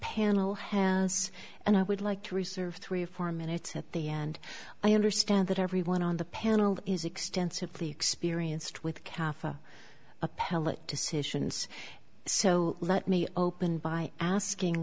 panel has and i would like to reserve three or four minutes at the end i understand that everyone on the panel is extensively experienced with kaffir appellate decisions so let me open by asking